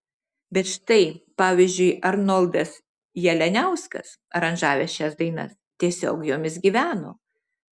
bet štai pavyzdžiui arnoldas jalianiauskas aranžavęs šias dainas tiesiog jomis gyveno